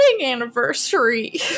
anniversary